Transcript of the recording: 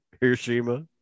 Hiroshima